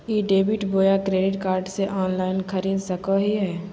ई debit बोया credit card से online खरीद सको हिए?